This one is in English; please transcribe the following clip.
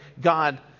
God